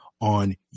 on